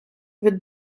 від